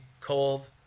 cold